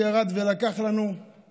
דודי, הקדוש ברוך הוא, ירד ולקח לנו בחורים,